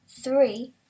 three